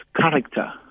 character